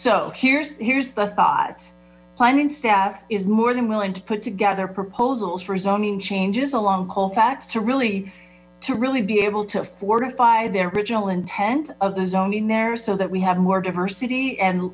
so here's here's the thought planning staff is more than willing to put together proposals for zoning changes along colfax to really to really be able to fortify the original intent of the zoning there so that we have more diversity and